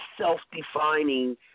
self-defining